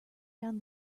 down